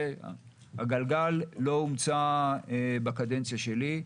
הגלגל לא הומצא בקדנציה שלי.